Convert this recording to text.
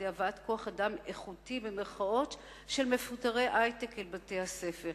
הבאת כוח-אדם "איכותי" של מפוטרי היי-טק אל בתי-הספר,